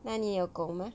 那你有狗吗